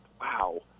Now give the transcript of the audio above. Wow